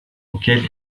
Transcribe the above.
auquel